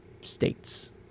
states